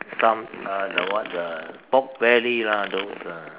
some uh the what the pork belly lah those uh